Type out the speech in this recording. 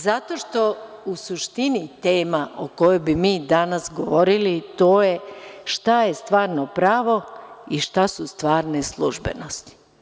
Zato što u suštini tema o kojoj bi mi danas govorili to je šta je stvarno pravo i šta su stvarne službenosti.